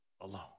alone